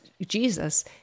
jesus